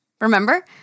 Remember